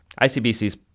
ICBC's